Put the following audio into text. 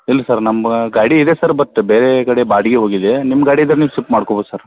ಇಲ್ಲ ಸರ್ ನಮ್ಮ ಗಾಡಿ ಇದೆ ಸರ್ ಬತ್ ಬೇರೆ ಕಡೆ ಬಾಡಿಗೆ ಹೋಗಿದೆ ನಿಮ್ಮ ಗಾಡಿ ಇದ್ರ ನೀವು ಶಿಫ್ಟ್ ಮಾಡ್ಕೋಬೌದು ಸರ್